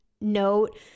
note